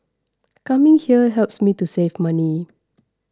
coming here helps me to save money